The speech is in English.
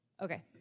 Okay